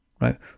right